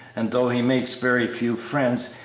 and though he makes very few friends,